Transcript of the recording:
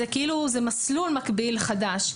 זה כאילו מסלול מקביל חדש,